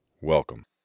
Welcome